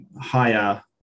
higher